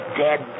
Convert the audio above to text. dead